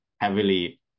heavily